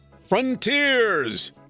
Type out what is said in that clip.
Frontiers